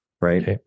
right